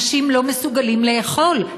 אנשים לא מסוגלים לאכול,